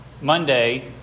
Monday